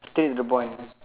states the point